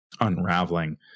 unraveling